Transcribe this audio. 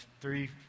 three